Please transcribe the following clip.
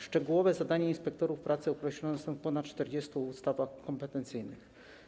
Szczegółowe zadania inspektorów pracy określone są w ponad 40 ustawach kompetencyjnych.